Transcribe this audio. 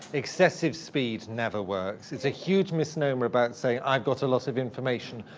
excessive speed never works. it's a huge misnomer about, say, i've got a lot of information.